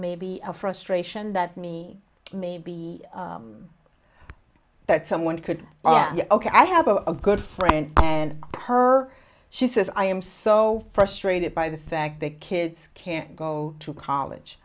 maybe a frustration that me maybe that someone could argue ok i have a good friend and her she says i am so frustrated by the fact that kids can't go to college